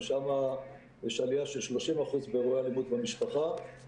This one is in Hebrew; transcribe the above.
שם יש עלייה של 30% באירועי אלימות במשפחה,